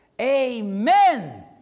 Amen